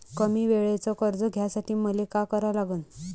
कमी वेळेचं कर्ज घ्यासाठी मले का करा लागन?